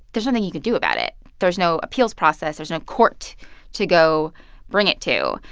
there's nothing you can do about it. there's no appeals process. there's no court to go bring it to,